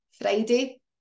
Friday